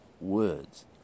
words